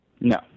No